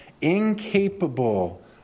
incapable